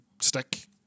stick